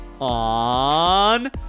on